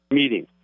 meeting